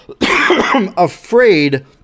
afraid